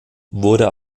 wurde